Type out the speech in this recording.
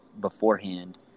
beforehand